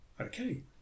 Okay